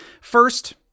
First